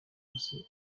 hose